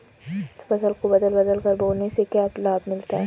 फसल को बदल बदल कर बोने से क्या लाभ मिलता है?